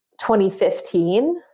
2015